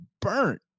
burnt